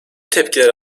tepkiler